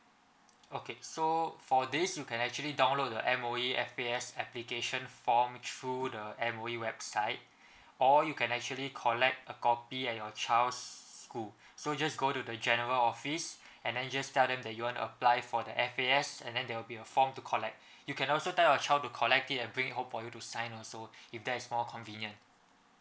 okay so for days you can actually download the M_O_E F_A_S application form through the M_O_E website or you can actually collect a copy at your child's school so just go to the general office and then just tell them that you want to apply for the F_A_S and then there will be a form to collect you can also tell your child to collect it and bring home for you to sign also if there's more convenient